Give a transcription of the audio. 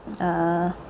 err